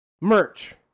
merch